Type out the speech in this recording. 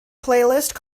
playlist